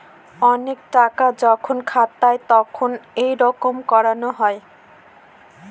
অনেক টাকা যখন খাতায় তখন এইরকম করানো হয়